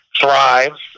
thrives